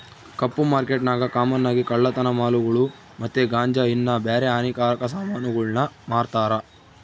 ಕಪ್ಪು ಮಾರ್ಕೆಟ್ನಾಗ ಕಾಮನ್ ಆಗಿ ಕಳ್ಳತನ ಮಾಲುಗುಳು ಮತ್ತೆ ಗಾಂಜಾ ಇನ್ನ ಬ್ಯಾರೆ ಹಾನಿಕಾರಕ ಸಾಮಾನುಗುಳ್ನ ಮಾರ್ತಾರ